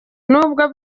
nubwo